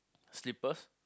slippers